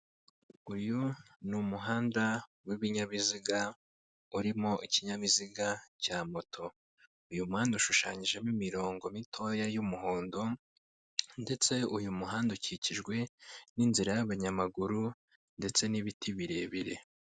Uyu ni umuhanda w'ibinyabiziga, urimo ikinyabiziga cya moto. Uyu muhanda ushushanyijemo imirongo mitoya y'umuhondo ndetse uyu muhanda ukikijwe n'inzira y'abanyamaguru ndetse n'ibiti birebire.